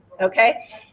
okay